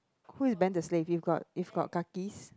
who is Ben the slave you've got you've got kakis